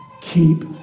keep